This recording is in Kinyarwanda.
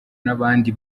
n’abandi